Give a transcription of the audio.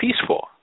peaceful